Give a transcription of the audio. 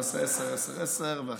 אז נעשה עשר, עשר, עשר.